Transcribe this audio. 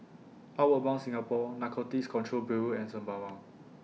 Outward Bound Singapore Narcotics Control Bureau and Sembawang